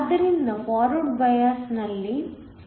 ಆದ್ದರಿಂದ ಫಾರ್ವರ್ಡ್ ಬಯಾಸ್ಡ್ನಲ್ಲಿನ ಕರೆಂಟ್ನಲ್ಲಿ 0